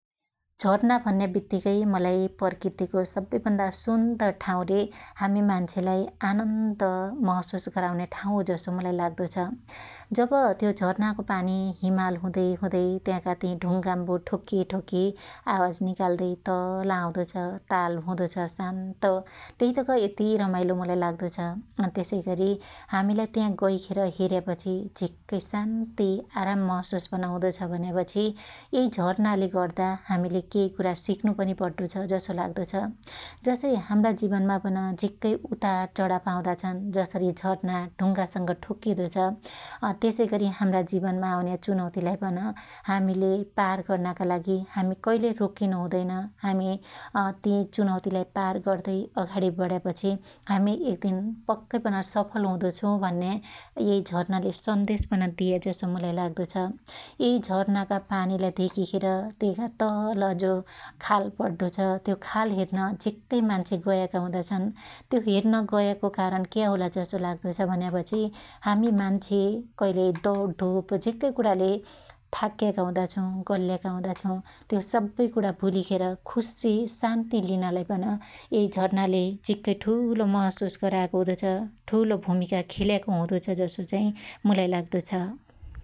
झर्ना भन्या बित्तीकै मलाई प्रकृतिको सब्बै भन्दा सुन्दर ठाँउ र हामी मान्छेलाई आनन्द महशुस गराउन्या ठाँउ हो जसो मुलाई लाग्दो छ । जब त्यो झरनाको पानी हिमाल हुदै हुदै त्याका ती ढुङगाम्बो ठोक्की ठोक्की आवाज निकाल्दै तल आउदो छ ताल हुदो छ शान्त त्यइ तक यति रमाईलो मुलाई लाग्दो छ । त्यसैगरी हामीलाई त्या गैखेर हेर्या पछी झिक्कै शान्ति आराम महशुस पन हुदो छ भन्यापछि यै झरनाले गर्दा केइ कुणा सिक्न पनी पड्डो छ जसो लाग्दो छ । जसै हाम्रा जीवनमा पन झिक्कै उतार चडाप आउदा छन् । जसरी झरना ढुङगा संग ठोक्कीदो छ त्यसैगरी हाम्रा जीवनमा आउन्या भुनौतीलाई पन हामिले पार गर्नाका लागी हामी कइलै रोकीनु हुदैन । हामि ति चुनौतीलाई पार गर्दै अघाणी बण्यापछी हामी एक दिन पक्कै पन सफल हुदो छु भन्या यै झरनाले सन्देश पन दिया जसो मुलाई लाग्दो छ । यै झरनाका पानिलाई धेकीखेर त्यइका तल जो खाल पड्डो छ त्यो खाल हेर्न झिक्कै मान्छे गयाका हुदा छन् । त्यो हेर्न गयाको कारण क्या होला जसो लाग्दो छ भन्यापछि हामी मान्छे कइलै दउणधुप झिक्कै कुणाले थाक्याका हुदा छु ,गल्याका हुदा छु त्यो सब्बै कुणा भुलिखेर खुस्सि शान्ति लिनलाई पन यै झरनाले झिक्कै ठुलो महशुस गरायाको हुदो छ । ठुलो भुमीका खेल्याको हुदो छ जसो चाइ मुलाई लाग्दो छ ।